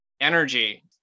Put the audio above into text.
energy